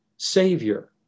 Savior